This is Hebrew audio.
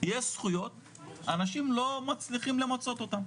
יש זכויות, אנשים לא מצליחים למצות אותם,